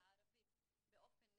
חשובה לי